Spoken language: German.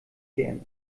gerne